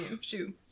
Shoe